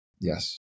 Yes